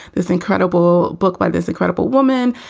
this incredible book by this incredible woman.